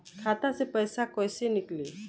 खाता से पैसा कैसे नीकली?